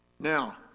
Now